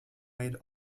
made